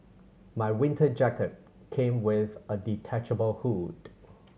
my winter jacket came with a detachable hood